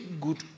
good